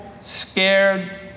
scared